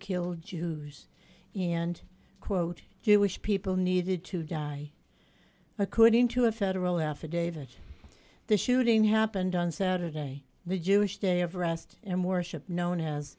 kill jews and quote jewish people needed to die according to a federal affidavit the shooting happened on saturday the jewish day of rest and worship no one has